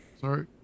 Sorry